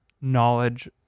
knowledge